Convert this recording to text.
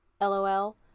lol